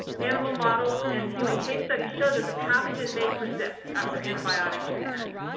animal models and human case studies show that the pathogen may persist after antibiotic treatment.